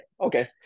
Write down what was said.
Okay